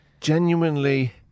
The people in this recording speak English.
genuinely